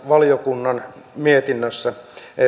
valiokunnan mietinnössä valiokunnan